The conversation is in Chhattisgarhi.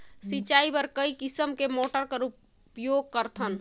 सिंचाई बर कई किसम के मोटर कर उपयोग करथन?